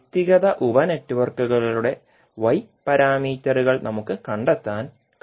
വ്യക്തിഗത ഉപ നെറ്റ്വർക്കുകളുടെ Y പാരാമീറ്ററുകൾ നമുക്ക് കണ്ടെത്താൻ കഴിയും